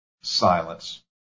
silence